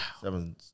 Seven